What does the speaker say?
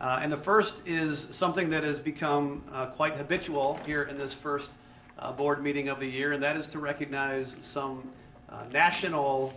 and the first is something that has become quite habitual here in this first board meeting of the year, and that is to recognize some national